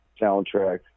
soundtrack